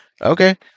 Okay